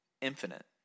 infinite